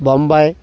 Bombay